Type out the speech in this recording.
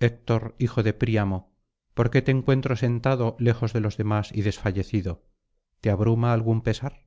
héctor hijo de príamo por qué te encuentro sentado lejos de los demás y desfallecido te abruma algún pesar